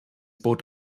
boot